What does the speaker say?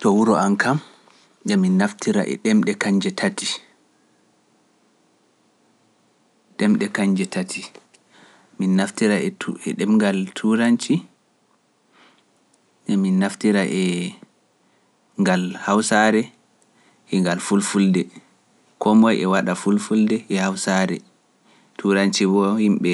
To wuro am kam, e mi naftira e ɗemɗe kañje tati(three), e mi naftira e ɗemngal tuuranti, e mi naftira e ngal hawsaare e ngal fulfulde, komoye waɗa fulfulde e hawsaare, tuuranti woy yimɓe